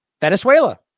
Venezuela